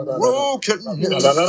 Brokenness